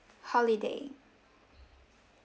holiday